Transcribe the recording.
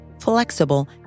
flexible